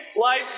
life